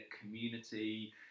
community